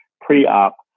pre-op